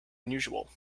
unusual